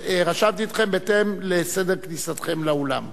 רשמתי אתכם בהתאם לסדר כניסתכם לאולם.